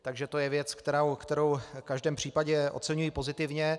Takže to je věc, kterou v každém případě oceňuji pozitivně.